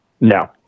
No